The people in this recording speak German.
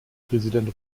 präsident